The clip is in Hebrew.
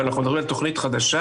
אבל אנחנו מדברים על תכנית חדשה,